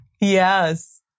Yes